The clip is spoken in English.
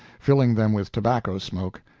filling them with tobacco smoke.